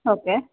okay